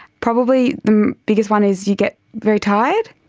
probably the biggest one is you get very tired,